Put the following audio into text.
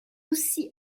aussi